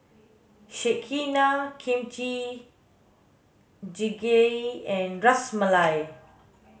Sekihan Kimchi jjigae and Ras Malai